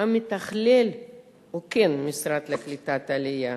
המתכלל הוא המשרד לקליטת העלייה.